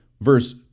verse